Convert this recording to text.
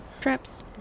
traps